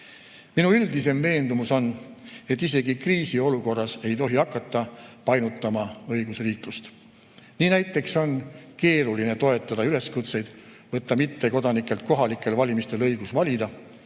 Minu üldisem veendumus on, et isegi kriisiolukorras ei tohi hakata painutama õigusriiklust. Nii näiteks on keeruline toetada üleskutseid võtta mittekodanikelt kohalikel valimistel õigus valida,